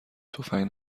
تفنگ